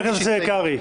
האקדמאים בעייתיים,